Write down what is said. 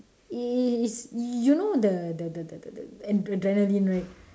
is you know the the the the the adrenaline right